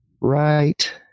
right